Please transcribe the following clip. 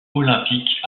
olympique